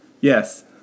Yes